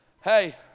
Hey